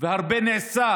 והרבה נעשה